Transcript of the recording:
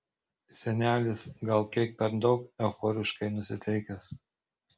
senelis gal kiek per daug euforiškai nusiteikęs